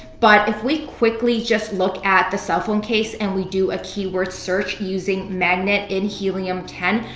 but if we quickly just look at the cell phone case and we do a keyword search using magnet in helium ten,